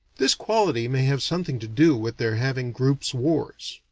this quality may have something to do with their having groups wars.